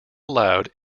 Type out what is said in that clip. allowed